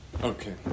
Okay